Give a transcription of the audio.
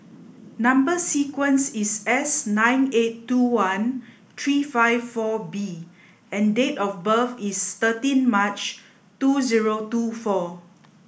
number sequence is S nine eight two one three five four B and date of birth is thirteen March two zero two four